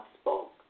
spoke